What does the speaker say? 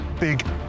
big